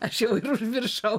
aš jau ir užmiršau